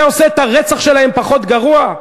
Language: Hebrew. זה עושה את הרצח שלהם פחות גרוע?